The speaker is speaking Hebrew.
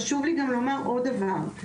חשוב לי גם לומר עוד דבר,